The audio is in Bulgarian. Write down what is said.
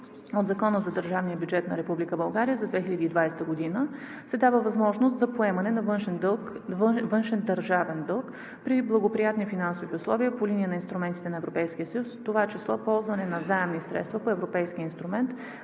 от Закона за държавния бюджет на Република България за 2020 г. се дава възможност за поемане на външен държавен дълг при благоприятни финансови условия по линия на инструментите на ЕС, в това число ползване на заемни средства по Европейския инструмент